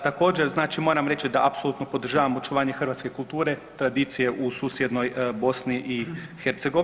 Također, znači moram reći da apsolutno podržavam očuvanje hrvatske kulture, tradicije u susjednoj BiH.